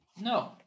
No